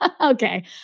Okay